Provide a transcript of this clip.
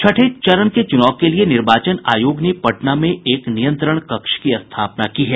छठे चरण के चुनाव के लिए निर्वाचन आयोग ने पटना में एक नियंत्रण कक्ष की स्थापना की है